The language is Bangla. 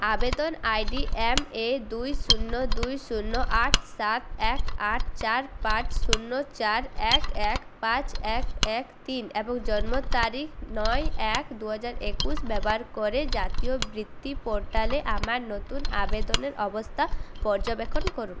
আবেদন আইডি এমএ দুই শূন্য দুই শূন্য আট সাত এক আট চার পাঁচ শূন্য চার এক এক পাঁচ এক এক তিন এবং জন্ম তারিখ নয় এক দুহাজার একুশ ব্যবহার করে জাতীয় বৃত্তি পোর্টালে আমার নতুন আবেদনের অবস্থা পর্যবেক্ষণ করুন